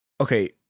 okay